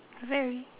very